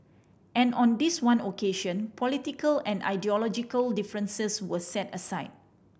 and on this one occasion political and ideological differences were set aside